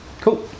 cool